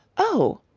oh,